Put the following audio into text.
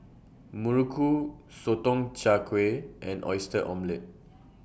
Muruku Sotong Char Kway and Oyster Omelette